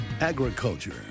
Agriculture